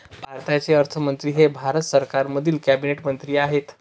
भारताचे अर्थमंत्री हे भारत सरकारमधील कॅबिनेट मंत्री आहेत